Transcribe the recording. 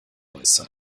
äußern